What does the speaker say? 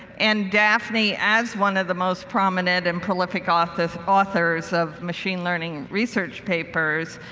and daphne, as one of the most prominent and prolific authors authors of machine learning research papers,